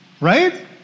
right